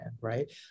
right